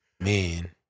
Man